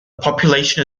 population